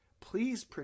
Please